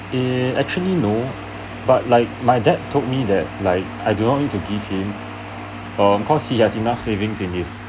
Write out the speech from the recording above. eh actually no but like my dad told me that like I do not need to give him err cause he has enough savings in his